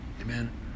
Amen